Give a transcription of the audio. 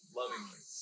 lovingly